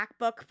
MacBook